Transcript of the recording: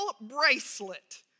bracelet